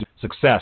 success